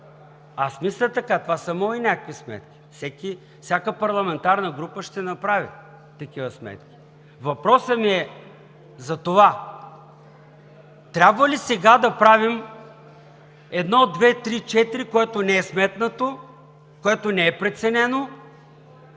аз мисля така, това са мои някакви сметки. Всяка парламентарна група ще направи такива сметки. Въпросът ми е за това – трябва ли сега да правим едно, две, три, четири, което не е сметнато, което не е преценено?